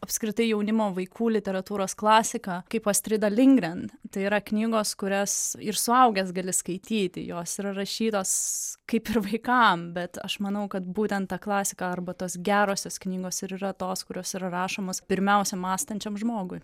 apskritai jaunimo vaikų literatūros klasiką kaip astrida lindgren tai yra knygos kurias ir suaugęs gali skaityti jos yra rašytos kaip ir vaikam bet aš manau kad būtent ta klasika arba tos gerosios knygos ir yra tos kurios yra rašomos pirmiausia mąstančiam žmogui